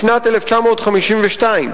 משנת 1952,